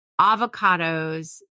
avocados